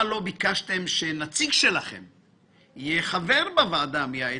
אנחנו לא יכולים לפסול איגוד עסקי רק מכיוון שחבר בו בעל מונפולין,